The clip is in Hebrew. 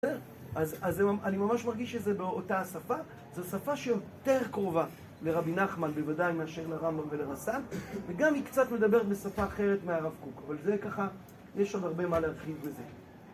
אז אני ממש מרגיש שזה באותה השפה זו שפה שיותר קרובה לרבי נחמן בוודאי מאשר לרמבם ולרסן וגם היא קצת מדברת בשפה אחרת מהרב קוק אבל זה ככה, יש שם הרבה מה להרחיב בזה